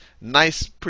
nice